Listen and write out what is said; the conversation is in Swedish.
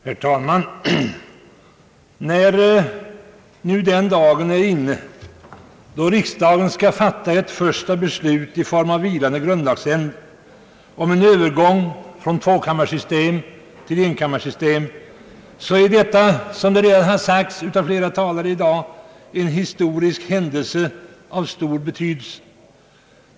Herr talman! När nu den dagen är inne då riksdagen skall fatta ett första beslut i form av vilande grundlagsändring om övergång från tvåkammarsystem till enkammarsystem är detta — som redan anförts av flera talare — en historisk händelse av stor betydelse.